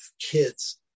kids